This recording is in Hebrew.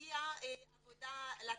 להציע עבודה לצרפתים.